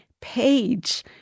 page